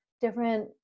different